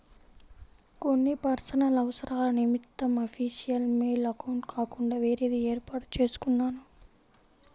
కొన్ని పర్సనల్ అవసరాల నిమిత్తం అఫీషియల్ మెయిల్ అకౌంట్ కాకుండా వేరేది వేర్పాటు చేసుకున్నాను